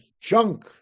junk